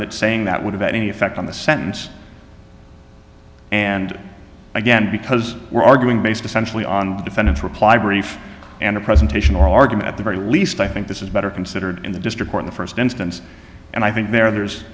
that saying that would have any effect on the sentence and again because we're arguing based essentially on the defendant's reply brief and a presentation or argument at the very least i think this is better considered in the district court the first instance and i think there are others